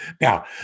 Now